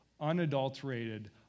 unadulterated